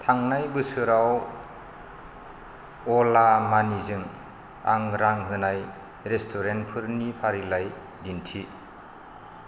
थांनाय बोसोराव अला मानिजों आं रां होनाय रेस्टुरेन्टफोरनि फारिलाइ दिन्थि